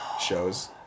shows